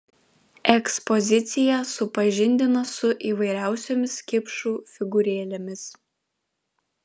ekspozicija supažindina su įvairiausiomis kipšų figūrėlėmis